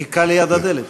הוא חיכה ליד הדלת.